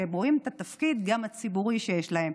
שרואים גם את התפקיד הציבורי שיש להם.